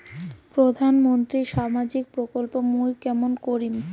প্রধান মন্ত্রীর সামাজিক প্রকল্প মুই কেমন করিম?